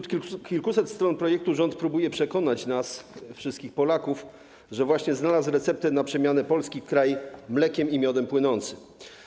Na kilkuset stronach projektu rząd próbuje przekonać nas, wszystkich Polaków, że właśnie znalazł receptę na przemianę Polski w kraj w mlekiem i miodem płynący.